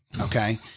Okay